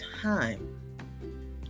time